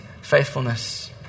faithfulness